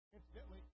Incidentally